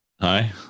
Hi